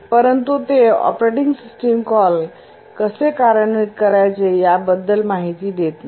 परंतु ते operating system call कसे कार्यान्वित करायचे याबद्दल माहिती देत नाही